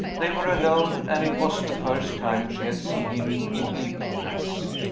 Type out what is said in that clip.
they were alone, and it was the first time she had seen him in evening dress.